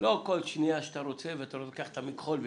לא כל שנייה שאתה רוצה ואתה לוקח את המכחול,